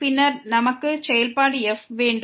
பின்னர் நமக்கு செயல்பாடு f இருக்கிறது